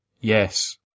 Yes